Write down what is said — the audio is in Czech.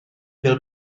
bych